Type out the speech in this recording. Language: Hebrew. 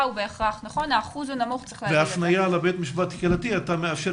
המדריכים עצמם הם היועצים